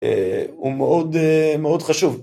‫הוא מאוד מאוד חשוב.